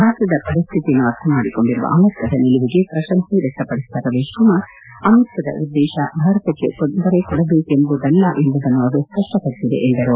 ಭಾರತದ ಪರಿಸ್ಥಿತಿಯನ್ನು ಅರ್ಥಮಾಡಿಕೊಂಡಿರುವ ಅಮೆರಿಕದ ನಿಲುವಿಗೆ ಪ್ರಶಂಸೆ ವ್ಯಕ್ತಪಡಿಸಿದ ರವೀಶ್ ಕುಮಾರ್ ಅಮೆರಿಕದ ಉದ್ದೇಶ ಭಾರತಕ್ಕೆ ತೊಂದರೆ ಕೊಡಬೇಕೆಂಬುದಲ್ಲ ಎಂಬುದನ್ನು ಅದು ಸ್ವಷ್ಟಪಡಿಸಿದೆ ಎಂದರು